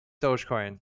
Dogecoin